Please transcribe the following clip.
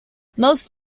most